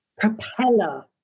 propeller